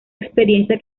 experiencia